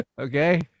Okay